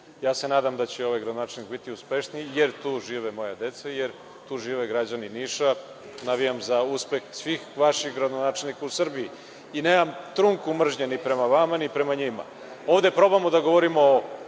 Nišu. Nadam se da će ovaj gradonačelnik biti uspešniji jer tu žive moja deca, jer tu žive građani Niša, navijam za uspeh svih gradonačelnika u Srbiji i nemam ni trunku mržnje ni prema vama ni prema njima. Ovde probamo da govorimo o